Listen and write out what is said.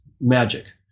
magic